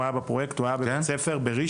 הוא היה בפרויקט בראשון,